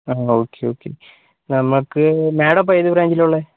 ആ okay okay നമുക്ക് madam ഇപ്പോൾ ഏത് ബ്രാഞ്ചിലാണ് ഉള്ളത്